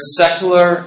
secular